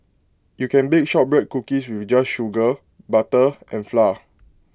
you can bake Shortbread Cookies with just sugar butter and flour